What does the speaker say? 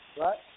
Right